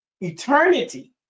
eternity